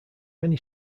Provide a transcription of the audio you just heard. many